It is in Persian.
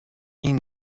این